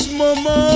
mama